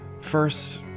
First